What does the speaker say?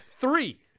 Three